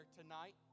tonight